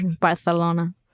Barcelona